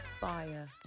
fire